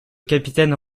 capitaines